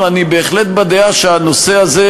אני בהחלט בדעה שהנושא הזה,